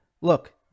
look